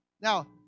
Now